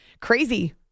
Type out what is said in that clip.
Crazy